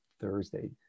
Thursday